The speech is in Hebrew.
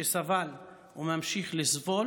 שסבל וממשיך לסבול